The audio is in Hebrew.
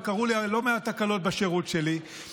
וקרו לי לא מעט תקלות בשירות שלי,